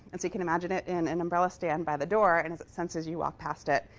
and so you can imagine it in an umbrella stand by the door. and as it senses you walk past it,